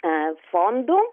ee fondų